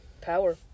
Power